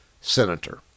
senator